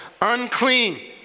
unclean